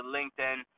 LinkedIn